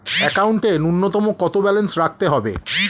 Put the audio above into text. একাউন্টে নূন্যতম কত ব্যালেন্স রাখতে হবে?